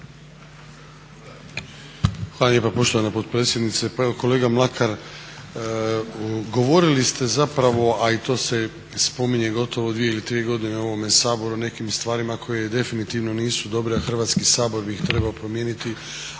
Hvala lijepa poštovana potpredsjednice. Pa evo kolega Mlakar, govorili ste zapravo a i to se spominje gotovo 2 ili 3 godine u ovom Saboru o nekim stvarima koje definitivno nisu dobre a Hrvatski sabor bi ih trebao promijeniti